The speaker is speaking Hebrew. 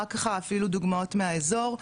רק ככה אפילו דוגמאות מהאזור,